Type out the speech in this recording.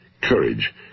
Courage